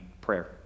prayer